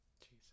Jesus